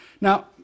Now